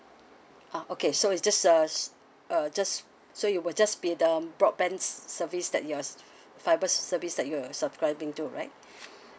ah okay so it's just uh just so you will just be the broadbands service that you're fibres service that you're subscribing to right